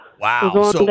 Wow